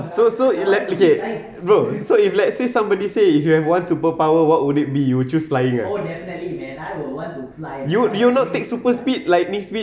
so so ela~ okay bro so if let's say somebody say if you have one superpower what would it be you will choose flying ah you would not you would not take super speed lightning speed